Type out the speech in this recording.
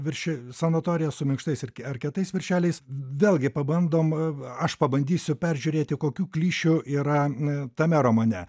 virš sanatorija su minkštais ir ar kietais viršeliais v vėlgi pabandom aš pabandysiu peržiūrėti kokių klišių yra n tame romane